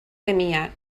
temia